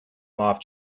mauve